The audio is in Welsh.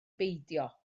beidio